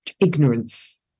ignorance